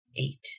Eight